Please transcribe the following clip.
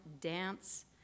dance